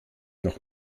noch